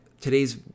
today's